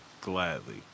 Gladly